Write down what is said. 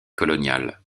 coloniale